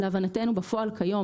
להבנתנו בפועל כיום,